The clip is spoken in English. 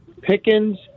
Pickens